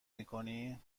میکنی